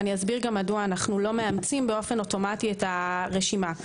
ואסביר למה אנו לא מאמצים אוטומטית את הרשימה.